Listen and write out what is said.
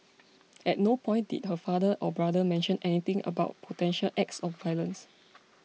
at no point did her father or brother mention anything about potential acts of violence